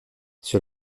sur